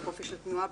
בחופש התנועה,